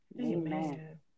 Amen